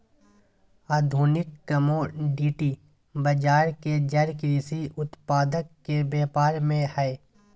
आधुनिक कमोडिटी बजार के जड़ कृषि उत्पाद के व्यापार में हइ